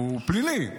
הוא פלילי.